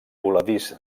voladís